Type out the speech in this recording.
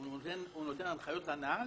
הוא נותן הנחיות לנהג?